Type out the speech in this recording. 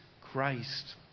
Christ